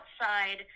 outside